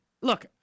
Look